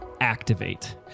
Activate